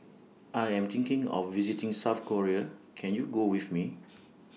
I Am thinking of visiting South Korea Can YOU Go with Me